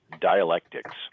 dialectics